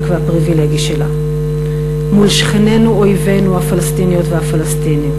והפריבילגי שלה מול שכנינו-אויבינו הפלסטיניות והפלסטינים.